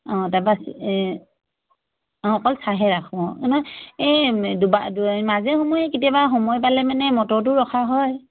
অঁ তাৰপৰা এই অঁ অকল চাহে ৰাখোঁ অঁ নাই এই দুবাৰ মাজে সময়ে কেতিয়াবা সময় পালে মানে মটৰটোও ৰখা হয়